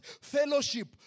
fellowship